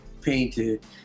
painted